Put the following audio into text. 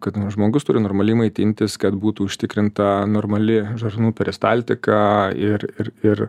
kad žmogus turi normaliai maitintis kad būtų užtikrinta normali žarnų peristaltika ir ir ir